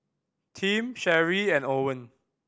Tim Sherree and Owen